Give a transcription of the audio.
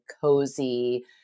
cozy